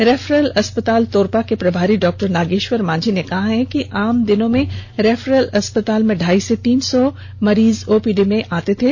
तेफरल अस्पताल तोरपा के प्रभारी डॉ नागेश्वर मांझी कहते हैं कि आम दिनों में रफरल अस्पताल में ढाई से तीन सौ मरीज ओपीडी में पहुंचते थे